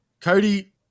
Cody